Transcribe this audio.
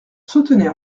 soutenir